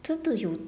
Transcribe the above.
真的有